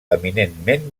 eminentment